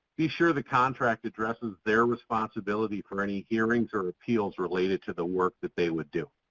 be sure the contract addresses their responsibility for any hearings or appeals related to the work that they would do.